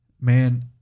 Man